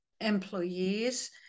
employees